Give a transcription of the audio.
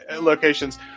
locations